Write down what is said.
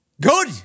Good